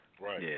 Right